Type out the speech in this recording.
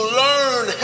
learn